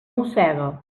mossega